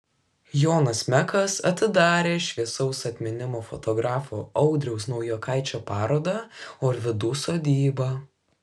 jonas mekas atidarė šviesaus atminimo fotografo audriaus naujokaičio parodą orvidų sodyba